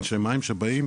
אנשי מים שבאים